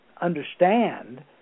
understand